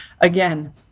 again